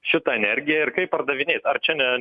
šitą energiją ir kaip pardavinės ar čia ne